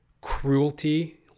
cruelty